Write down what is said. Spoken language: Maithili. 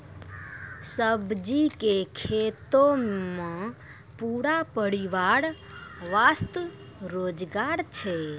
सब्जी के खेतों मॅ पूरा परिवार वास्तॅ रोजगार छै